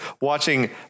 watching